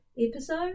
episode